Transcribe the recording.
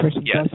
Yes